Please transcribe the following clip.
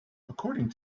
according